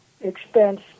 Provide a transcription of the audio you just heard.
expense